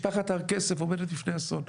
משפחת הר כסף עומדת בפניו אסון,